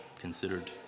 considered